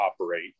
operate